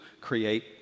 create